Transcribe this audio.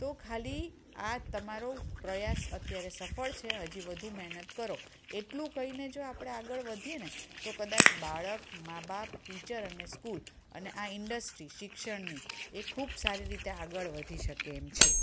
તો ખાલી આ તમારો પ્રયાસ અત્યારે સફળ છે હજી વધુ મહેનત કરો એટલું કહીને જો આપણે આગળ વધીએ ને તો કદાચ બાળક મા બાપ ટીચર અને સ્કૂલ અને આ ઇન્ડસ્ટ્રી શિક્ષણની એ ખૂબ સારી રીતે આગળ વધી શકે એમ છે